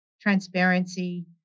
transparency